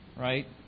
Right